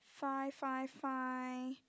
five five five